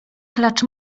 klacz